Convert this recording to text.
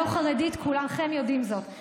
הכלכלי והביטחוני היה הציבור הכללי,